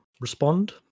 respond